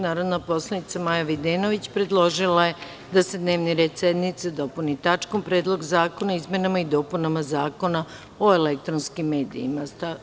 Narodna poslanica Maja Videnović predložila je da se dnevni red sednice dopuni tačkom – Predlog zakona o izmenama i dopunama Zakona o elektronskim medijima.